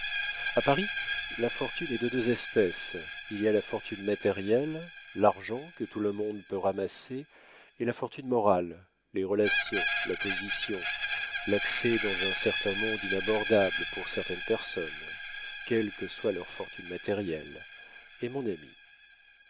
a paris la fortune est de deux espèces il y a la fortune matérielle l'argent que tout le monde peut ramasser et la fortune morale les relations la position l'accès dans un certain monde inabordable pour certaines personnes quelle que soit leur fortune matérielle et mon ami